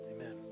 amen